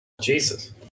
Jesus